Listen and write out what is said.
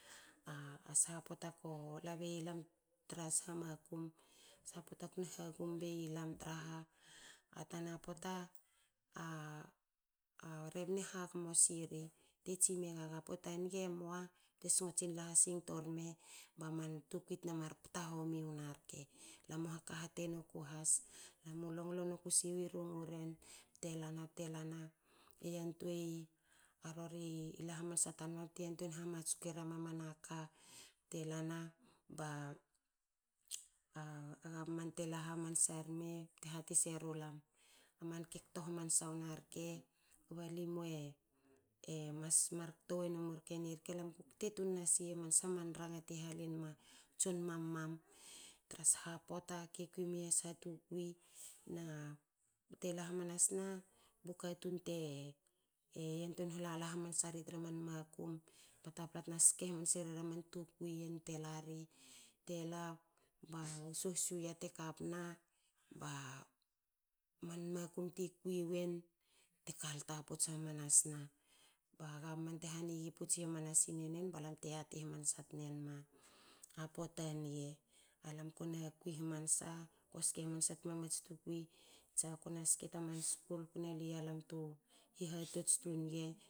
Ah saha pota ko la bei lam tra sha makum. sha pota kona hagum beilam tra ha. a tana pota a rebna hagmo siri te tsin megaga a pota niga. emua te sigotsin lala ha singto rme ba man tukui tna mar pta homi wna rke. lamu hakahte noku has lamu loglo noku siwi rungu ren bte lana bte e yantuei a rori la hamansa tanma bte yantuen hamatsku era mamana ka bte lana ba gavman tela hamansa rme te hati seru lam. manke kto wna rke. nirke lamu kukte tun nasi aman sha man ranga te halin ma ton mama mam tra sha pota ke kui mia sha tukui na bte la hamansa na bu katun te yantuei hla la hamansa man makum ba tapla tna ske hamansre raman tukui bte lari bte lana soshu yia te kapma ba man makum ti kui wen te kalta puts hamanasna ba gabman te hanigi putsi hamanasin renen balam te yati hamansa tnema a pota niga alam kona kui hamansa putsko ske hamansa tma mats tukui tsako naske ta man skul kona lui yalam tu hihatots tu nge